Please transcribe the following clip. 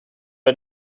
bij